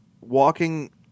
walking